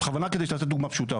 בכוונה כדי לתת דוגמה פשוטה,